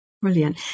Brilliant